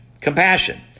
Compassion